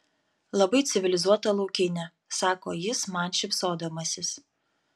labai civilizuota laukinė sako jis man šypsodamasis